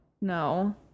No